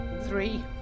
Three